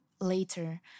later